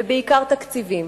ובעיקר, תקציבים.